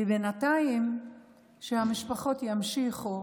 בינתיים המשפחות ימשיכו